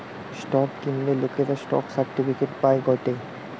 stock কিনলে লোকরা stock certificate পায় গটে